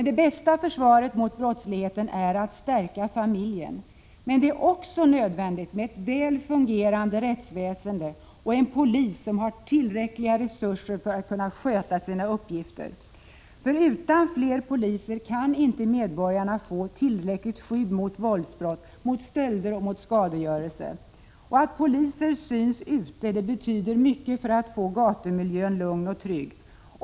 Det bästa försvaret mot brottsligheten är att stärka familjen. Men det är också nödvändigt med ett väl fungerande rättsväsende och en polis som har tillräckliga resurser för att kunna sköta sina uppgifter. Utan fler poliser kan medborgarna inte få tillräckligt skydd mot våldsbrott, stölder och skadegörelse. Att poliser syns ute betyder mycket för att få gatumiljön lugn och trygg.